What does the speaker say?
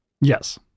yes